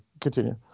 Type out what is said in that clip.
Continue